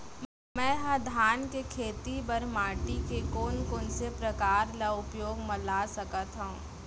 मै ह धान के खेती बर माटी के कोन कोन से प्रकार ला उपयोग मा ला सकत हव?